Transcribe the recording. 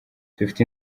dufite